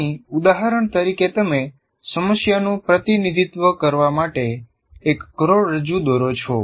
અહીં ઉદાહરણ તરીકે તમે સમસ્યાનું પ્રતિનિધિત્વ કરવા માટે એક કરોડરજ્જુ દોરો છો